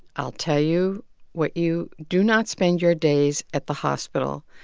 i'll tell you what you do not spend your days at the hospital,